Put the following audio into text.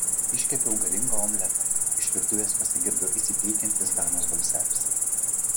iškepiau galingą omletą iš virtuvės pasigirdo įsiteikiantis danos balselis